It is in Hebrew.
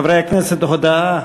חברי הכנסת, הודעה